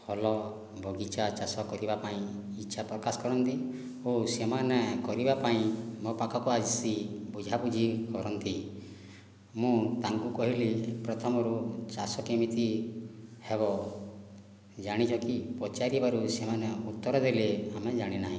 ଭଲ ବଗିଚା ଚାଷ କରିବା ପାଇଁ ଇଚ୍ଛା ପ୍ରକାଶ କରନ୍ତି ଓ ସେମାନେ କରିବା ପାଇଁ ମୋ' ପାଖକୁ ଆସି ବୁଝାବୁଝି କରନ୍ତି ମୁଁ ତାଙ୍କୁ କହିଲି ପ୍ରଥମରୁ ଚାଷ କେମିତି ହେବ ଜାଣିଛ କି ପଚାରିବାରୁ ସେମାନେ ଉତ୍ତର ଦେଲେ ଆମେ ଜାଣିନାହୁଁ